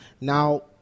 Now